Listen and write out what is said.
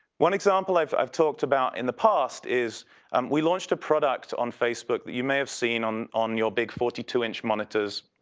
one example i've i've talked about in the past is um we launched a product on facebook that you may have seen on on your big forty two inch monitors.